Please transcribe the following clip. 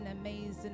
amazing